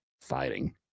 fighting